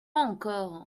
encore